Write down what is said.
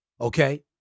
okay